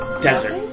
desert